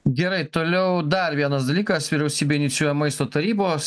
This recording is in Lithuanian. gerai toliau dar vienas dalykas vyriausybė inicijuoja maisto tarybos